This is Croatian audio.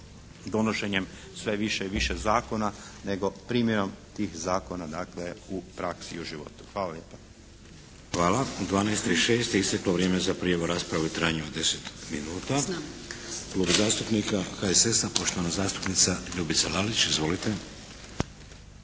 donošenjem sve više i više zakona, nego primjenom tih zakona dakle u praksi i u životu. Hvala lijepa. **Šeks, Vladimir (HDZ)** Hvala. U 12 i 6 je isteklo vrijeme za prijavu rasprave u trajanju od 10 minuta. Klub zastupnika HSS-a poštovana zastupnica Ljubica Lalić. Izvolite!